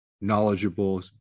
knowledgeable